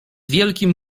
wielkim